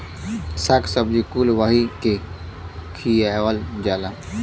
शाक सब्जी कुल वही के खियावल जाला